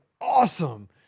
awesome